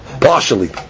Partially